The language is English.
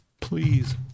Please